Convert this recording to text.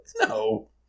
No